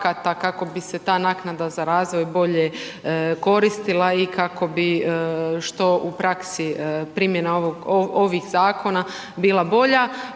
kako bi se ta naknada za razvoj bolje koristila i kako bi što u praksi, primjena ovih zakona bila bolja,